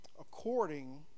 according